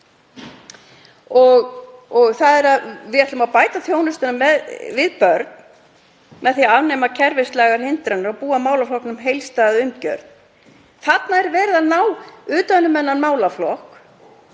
fylgi með. Við ætlum að bæta þjónustu við börn með því að afnema kerfislægar hindranir og búa málaflokknum heildstæða umgjörð. Þarna er verið að ná utan um þennan málaflokk